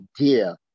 idea